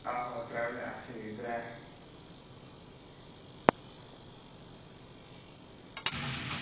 आहो travel agency उप्परा